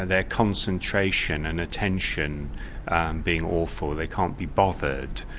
and concentration and attention and being awful, they can't be bothered.